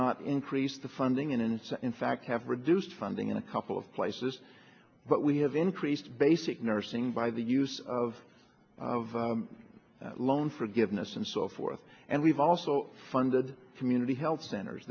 not increase the funding and sat in fact have reduced funding in a couple of places but we have increased basic nursing by the use of that loan forgiveness and so forth and we've also funded community health centers